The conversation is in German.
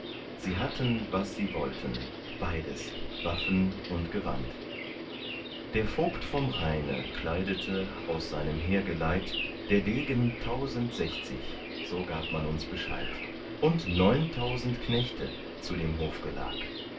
sie hatten was sie wollten beides waffen und gewand der vogt vom rheine kleidete aus seinem heergeleit der degen tausendsechzig so gab man uns bescheid und neuntausend knechte zu dem